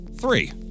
Three